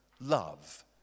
love